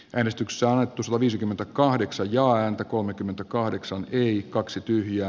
ristyks saatu suoviisikymmentäkahdeksan jaa ääntä kolmekymmentäkahdeksan yli kaksi tyhjää